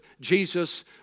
Jesus